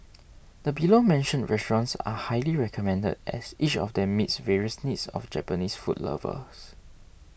the below mentioned restaurants are highly recommended as each of them meets various needs of Japanese food lovers